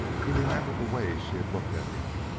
he remembered the way she had looked at him,